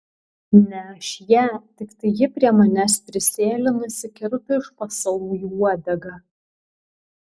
ne aš ją tiktai ji prie manęs prisėlinusi kirto iš pasalų į uodegą